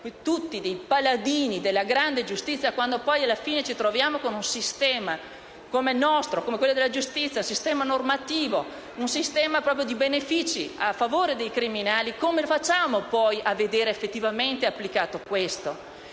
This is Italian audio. tutti dei paladini della grande giustizia, quando poi alla fine ci troviamo con un sistema normativo e della giustizia come il nostro, un sistema di benefici a favore dei criminali. Come facciamo poi a vedere effettivamente applicate queste